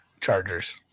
chargers